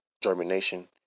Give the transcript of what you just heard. germination